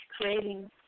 creating